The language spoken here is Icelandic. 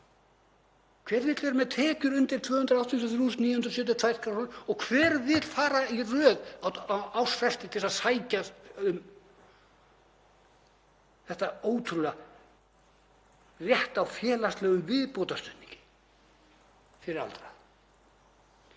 Hver vill vera með tekjur undir 283.972 kr. og hver vill fara í röð á ársfresti til að sækja um þetta ótrúlega, rétt á félagslegum viðbótarstuðningi fyrir aldraða?